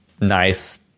nice